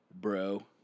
bro